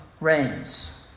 reigns